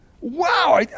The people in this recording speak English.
Wow